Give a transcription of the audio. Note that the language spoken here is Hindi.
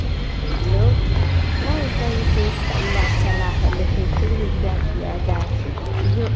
लोक नहीं सही से इसका इलाज चला है लेकिन फिर भी क्या किया जाए जो